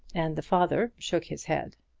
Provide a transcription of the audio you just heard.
and the father shook his head.